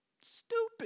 stupid